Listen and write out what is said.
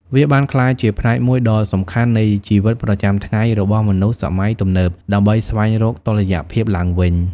វាបានក្លាយជាផ្នែកមួយដ៏សំខាន់នៃជីវិតប្រចាំថ្ងៃរបស់មនុស្សសម័យទំនើបដើម្បីស្វែងរកតុល្យភាពឡើងវិញ។